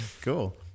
Cool